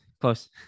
Close